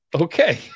Okay